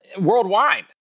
worldwide